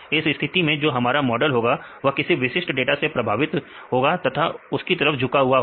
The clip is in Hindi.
इस स्थिति में जो हमारा मॉडल होगा वह किसी विशिष्ट डाटा से प्रभावित होगा तथा उसकी तरफ झुका हुआ होगा